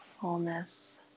fullness